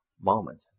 moment